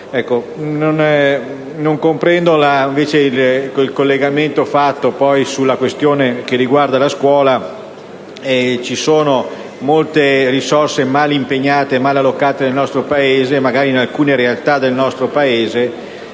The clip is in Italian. Non comprendo invece il collegamento fatto alla questione che riguarda la scuola. Ci sono molte risorse male impegnate e male allocate in alcune realtà del nostro Paese,